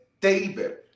David